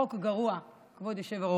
זה חוק גרוע, כבוד היושב-ראש.